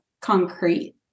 concrete